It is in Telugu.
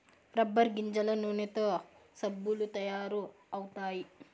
రబ్బర్ గింజల నూనెతో సబ్బులు తయారు అవుతాయి